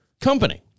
company